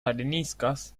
areniscas